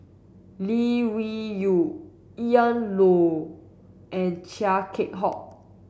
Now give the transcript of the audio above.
Lee Wung Yew Ian Loy and Chia Keng Hock